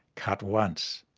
cut once!